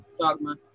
Dogma